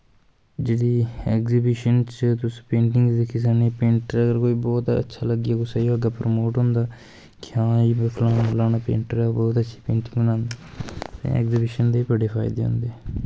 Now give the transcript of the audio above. जेह्दी ऐगज़िविशन च तुस पेंटिंग दिक्खी सकनें तुस पेंटर च लग्गी जाओ अग्गैं परमोट होंदा कि हां एह् फलाना फलाना पेंटर ऐ बौह्त अच्छी पेंटिंग बनांदा ते ऐगज़िविशन दे बड़े फायदे होंदे